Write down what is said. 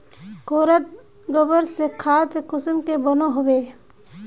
घोरोत गबर से खाद कुंसम के बनो होबे?